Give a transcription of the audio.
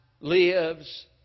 lives